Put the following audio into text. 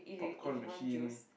popcorn machine